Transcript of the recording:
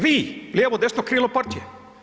Vi, lijevo, desno krilo partije.